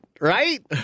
Right